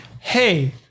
hey-